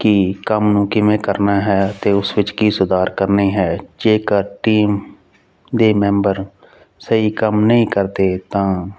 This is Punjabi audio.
ਕਿ ਕੰਮ ਨੂੰ ਕਿਵੇਂ ਕਰਨਾ ਹੈ ਅਤੇ ਉਸ ਵਿੱਚ ਕੀ ਸੁਧਾਰ ਕਰਨੇ ਹੈ ਜੇਕਰ ਟੀਮ ਦੇ ਮੈਂਬਰ ਸਹੀ ਕੰਮ ਨਹੀਂ ਕਰਦੇ ਤਾਂ